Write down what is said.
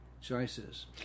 choices